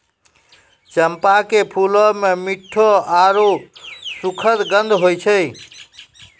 चंपा के फूलो मे मिठ्ठो आरु सुखद गंध होय छै